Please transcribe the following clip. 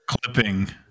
Clipping